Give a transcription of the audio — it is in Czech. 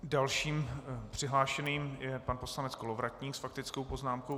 Dalším přihlášeným je pan poslanec Kolovratník s faktickou poznámkou.